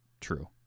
True